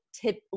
tip